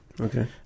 Okay